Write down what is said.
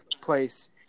place